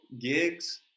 gigs